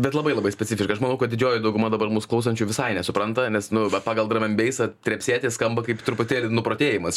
bet labai labai specifiška aš manau kad didžioji dauguma dabar mus klausančių visai nesupranta nes nu va pagal drabambeisą trepsėti skamba kaip truputėlį nuprotėjimas